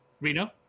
Reno